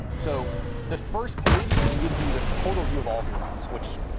so the first page, it gives you the total view of all of your outs, which,